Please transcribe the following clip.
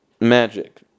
magic